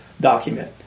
document